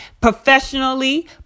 professionally